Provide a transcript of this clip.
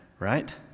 Right